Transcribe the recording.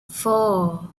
four